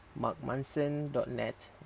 markmanson.net